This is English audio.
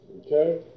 Okay